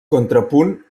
contrapunt